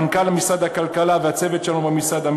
למנכ"ל משרד הכלכלה עמית לנג ולצוות שלו במשרד,